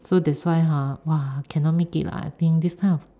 so that's why ha !wah! cannot make it lah I think this kind of